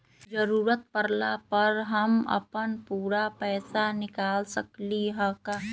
जरूरत परला पर हम अपन पूरा पैसा निकाल सकली ह का?